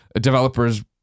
developers